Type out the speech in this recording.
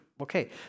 Okay